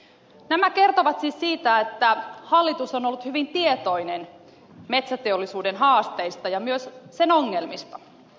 nämä kertovat siis siitä että hallitus on ollut hyvin tietoinen metsäteollisuuden haasteista ja myös sen ongelmista